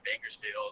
Bakersfield